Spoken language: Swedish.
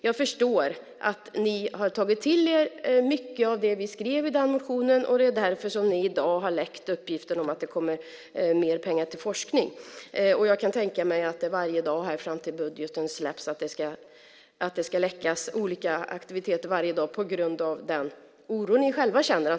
Jag förstår att ni har tagit till er mycket av det vi skrev i den motionen och att det är därför som ni i dag har läckt uppgifter om att det kommer mer pengar till forskning. Jag kan tänka mig att det varje dag här fram till att budgeten släpps ska läckas olika aktiviteter på grund av den oro ni själva känner.